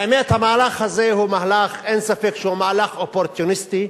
האמת, המהלך הזה, אין ספק שהוא מהלך אופורטוניסטי,